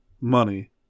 money